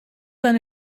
eine